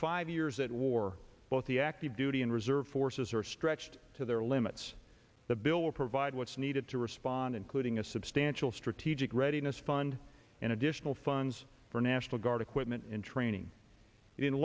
five years at war both the active duty and reserve forces are stretched to their limits the bill will provide what's needed to respond including a substantial strategic readiness fund and additional funds for national guard equipment and training